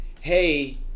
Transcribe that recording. hey